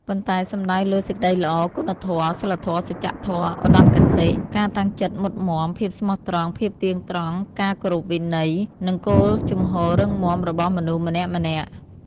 ប៉ុន្តែសំដៅលើ សេចក្តីល្អ គុណធម៌ សីលធម៌ សច្ចធម៌ ឧត្តមគតិ ការតាំងចិត្តមុតមាំ ភាពស្មោះត្រង់ ភាពទៀងត្រង់ ការគោរពវិន័យ និងគោលជំហររឹងមាំ របស់មនុស្សម្នាក់ៗ។